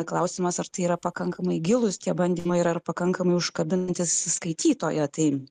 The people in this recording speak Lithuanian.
klausimas ar tai yra pakankamai gilūs tie bandymai ir ar pakankamai užkabinantys skaitytoją tai